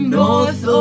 north